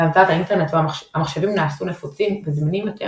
והמצאת האינטרנט המחשבים נעשו נפוצים וזמינים יותר